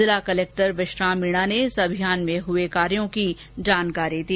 जिला कलेक्टर विश्राम मीणा ने इस अभियान में हुये कार्यों की जानकारी दी